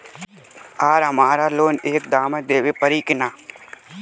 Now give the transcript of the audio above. आर हमारा लोन एक दा मे देवे परी किना?